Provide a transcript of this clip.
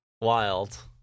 Wild